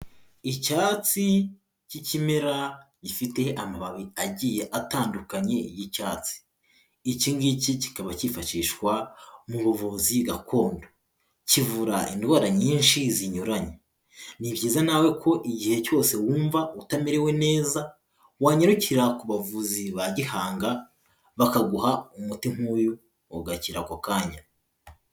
Icyatsi k'ikimera gifite amababi agiye atandukanye y'icyatsi. Iki ngiki kikaba cyifashishwa mu buvuzi gakondo. Kivura indwara nyinshi zinyuranye. Ni byiza nawe ko igihe cyose wumva utamerewe neza wanyarukira ku bavuzi ba gihanga bakaguha umuti nk'uyu ugakira ako kanya.